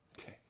Okay